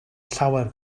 llawer